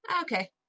Okay